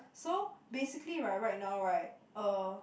so basically right right now right uh